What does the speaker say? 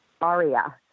aria